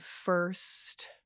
first